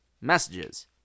messages